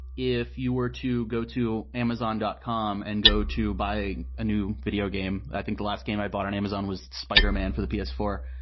if you were to go to amazon dot com and go to buy a new videogame, and i think the last game i bought on amazon was spiderman for the p s four,